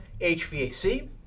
HVAC